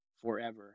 forever